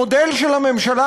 המודל של הממשלה,